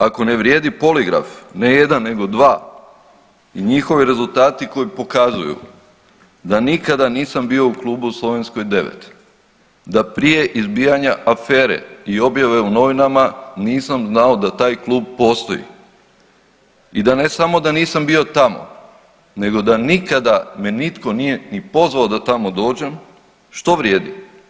Ako ne vrijedi poligraf, ne jedan nego dva, i njihovi rezultati koji pokazuju da nikada nisam bio u klubu u Slovenskoj 9, da prije izbijanja afere i objave u novinama nisam znao da taj klub postoji i da ne samo da nisam bio tamo nego da nikada me nitko nije ni pozvao da tamo dođem što vrijedi?